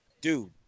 dude